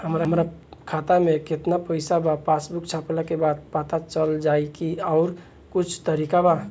हमरा खाता में केतना पइसा बा पासबुक छपला के बाद पता चल जाई कि आउर कुछ तरिका बा?